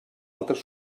altres